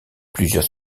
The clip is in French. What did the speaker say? plusieurs